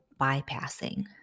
bypassing